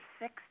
six